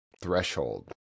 threshold